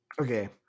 Okay